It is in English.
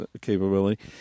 capability